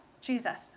Jesus